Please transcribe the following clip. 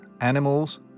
animals